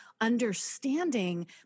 understanding